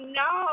no